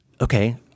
okay